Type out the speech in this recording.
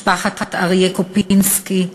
משפחת אריה קופינסקי,